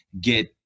get